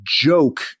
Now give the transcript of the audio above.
joke